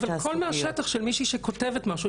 אבל זה קול מהשטח של מישהי שכותבת משהו,